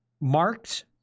marked